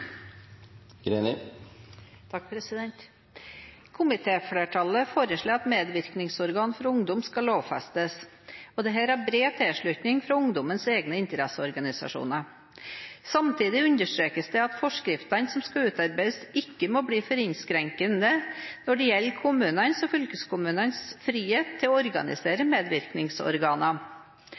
bred tilslutning fra ungdommens egne interesseorganisasjoner. Samtidig understrekes det at forskriftene som skal utarbeides, ikke må bli for innskrenkende når det gjelder kommunenes og fylkeskommunenes frihet til å organisere